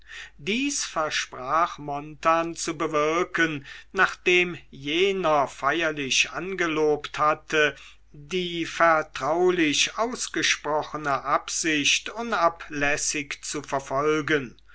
dies versprach montan zu bewirken nachdem jener feierlich angelobt hatte die vertraulich ausgesprochene absicht unablässig zu verfolgen